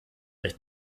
recht